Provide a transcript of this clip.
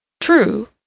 True